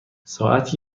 ساعت